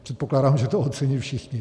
Předpokládám, že to ocení všichni.